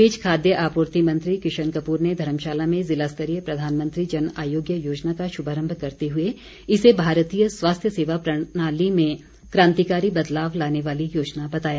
इस बीच खाद्य आपूर्ति मंत्री किशन कपूर ने धर्मशाला में ज़िलास्तरीय प्रधानमंत्री जन आरोग्य योजना का शुभारम्म करते हुए इसे भारतीय स्वास्थ्य सेवा प्रणाली में क्रांतिकारी बदलाव लाने वाली योजना बताया